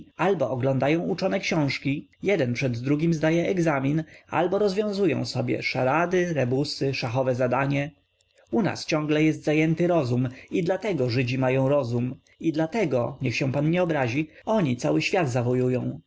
albo oglądają uczone książki jeden przed drugim zdaje egzamin albo rozwiązują sobie szarady rebusy szachowe zadanie u nas ciągle jest zajęty rozum i dlatego żydzi mają rozum i dlatego niech się pan nie obrazi oni cały świat zawojują u